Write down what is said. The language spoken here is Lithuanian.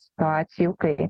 situacijų kai